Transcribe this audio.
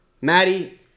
Maddie